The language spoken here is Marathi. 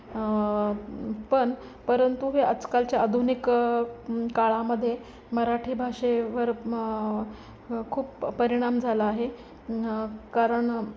पण परंतु हे आजकालच्या आधुनिक काळामधे मराठी भाषेवर म खूप परिणाम झाला आहे न कारण